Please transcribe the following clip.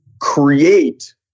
create